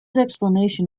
explanation